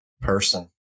person